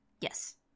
Yes